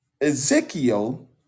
Ezekiel